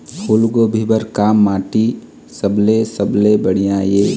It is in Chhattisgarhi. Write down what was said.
फूलगोभी बर का माटी सबले सबले बढ़िया ये?